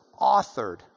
authored